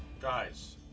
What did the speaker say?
Guys